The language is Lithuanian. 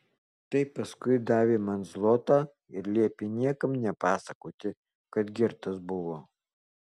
tai paskui davė man zlotą ir liepė niekam nepasakoti kad girtas buvo